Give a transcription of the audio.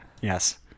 Yes